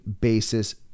basis